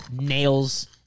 nails